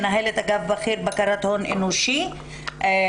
מנהלת אגף בכיר לבקרת ההון האנושי ברשויות.